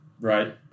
right